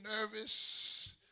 nervous